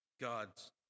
God's